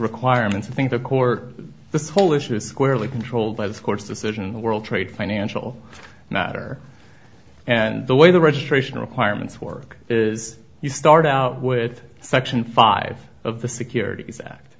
requirements i think the court this whole issue is squarely controlled by the court's decision in the world trade financial matter and the way the registration requirements work is you start out with section five of the securities act